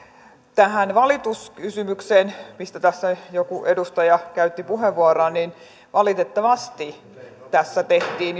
tähän valituskysymykseen mistä tässä joku edustaja käytti puheenvuoron valitettavasti tässä tehtiin